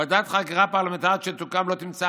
ועדת חקירה פרלמנטרית שתקום לא תמצא